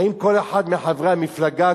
האם כל אחד מחברי המפלגה?